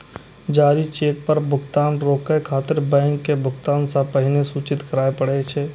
जारी चेक पर भुगतान रोकै खातिर बैंक के भुगतान सं पहिने सूचित करय पड़ै छै